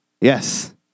Yes